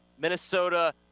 Minnesota